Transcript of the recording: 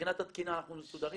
מבחינת התקינה אנחנו מסודרים,